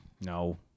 No